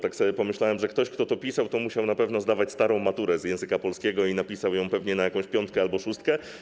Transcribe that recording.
Tak sobie pomyślałem, że ktoś, kto to pisał, musiał na pewno zdawać starą maturę z języka polskiego i napisał ją pewnie na jakąś piątkę albo szóstkę.